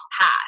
path